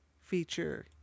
feature